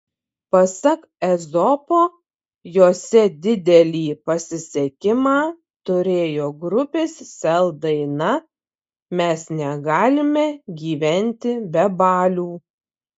pasak ezopo jose didelį pasisekimą turėjo grupės sel daina mes negalime gyventi be balių